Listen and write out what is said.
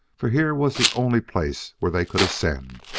for here was the only place where they could ascend.